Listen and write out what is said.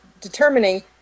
determining